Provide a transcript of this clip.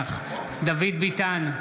דוד ביטן,